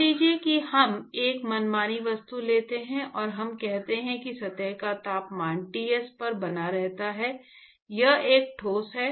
मान लीजिए कि हम एक मनमानी वस्तु लेते हैं और हम कहते हैं कि सतह का तापमान Ts पर बना रहता है यह एक ठोस है